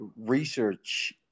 research